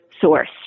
source